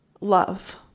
love